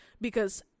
because-